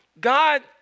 God